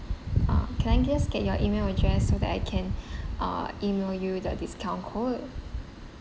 ah can I just get your email address so that I can uh email you the discount code